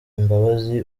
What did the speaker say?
imbabazi